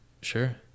Sure